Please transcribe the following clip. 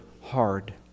hard